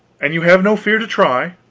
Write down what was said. and you have no fear to try?